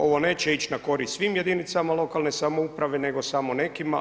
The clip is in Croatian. Ovo neće ići na korist svim jedinicama lokalne samouprave, nego samo nekima.